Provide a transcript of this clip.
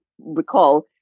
recall